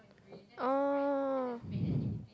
oh